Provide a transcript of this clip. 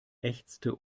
ächzte